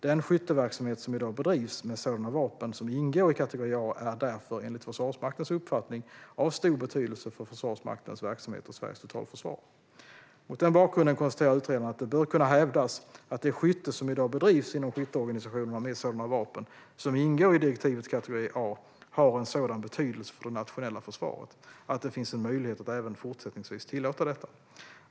Den skytteverksamhet som i dag bedrivs med sådana vapen som ingår i kategori A är därför, enligt Försvarsmaktens uppfattning, av stor betydelse för Försvarsmaktens verksamhet och Sveriges totalförsvar. Mot den bakgrunden konstaterar utredaren att det bör kunna hävdas att det skytte som i dag bedrivs inom skytteorganisationerna med sådana vapen som ingår i direktivets kategori A har en sådan betydelse för det nationella försvaret att det finns möjlighet att även fortsättningsvis tillåta detta.